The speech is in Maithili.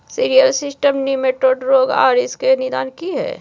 सिरियल सिस्टम निमेटोड रोग आर इसके निदान की हय?